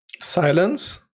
Silence